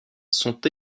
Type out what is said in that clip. sont